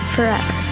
Forever